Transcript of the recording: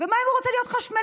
ומה אם הוא רוצה להיות חשמלאי?